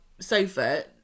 sofa